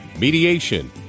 mediation